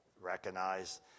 recognize